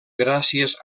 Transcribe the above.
gràcies